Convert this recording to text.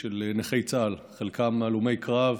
של נכי צה"ל, חלקם הלומי קרב.